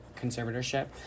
conservatorship